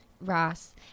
Ross